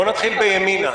בואו נתחיל עם ימינה.